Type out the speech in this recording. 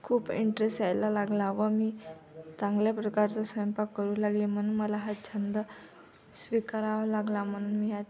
खूप इंट्रेस्ट यायला लागला व मी चांगल्या प्रकारचा स्वयंपाक करू लागले म्हणून मला हा छंद स्वीकारावा लागला म्हणून मी हा